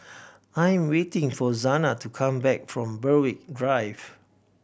I am waiting for Zanaed to come back from Berwick Drive